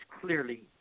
clearly